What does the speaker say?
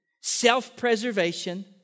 self-preservation